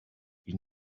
ils